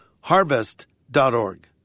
harvest.org